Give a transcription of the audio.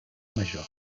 major